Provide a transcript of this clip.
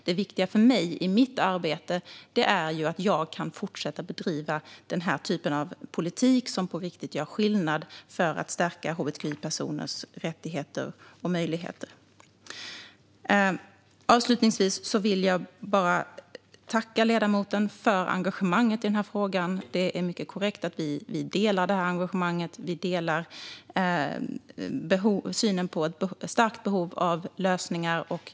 Det viktiga för mig i mitt arbete är att jag kan fortsätta den typ av politik som på riktigt gör skillnad i arbetet för att stärka hbtqi-personers rättigheter och möjligheter. Avslutningsvis vill jag tacka ledamoten för engagemanget i denna fråga. Det är helt korrekt att vi delar detta engagemang och att vi delar synen att det finns ett starkt behov av lösningar.